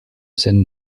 scènes